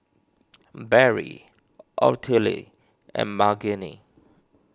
Barry Ottilie and Margene